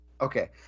Okay